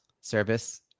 Service